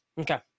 Okay